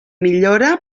millora